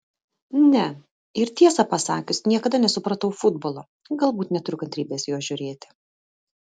ne ir tiesą pasakius niekada nesupratau futbolo galbūt neturiu kantrybės jo žiūrėti